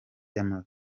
y’amavi